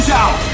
out